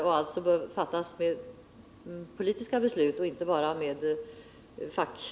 Det bör alltså fattas politiska beslut och inte bara beslut av fackmän.